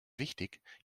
wichtig